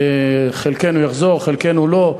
חלקנו יחזור, חלקנו לא,